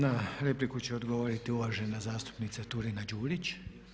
Na repliku će odgovoriti uvažena zastupnica Turina-Đurić.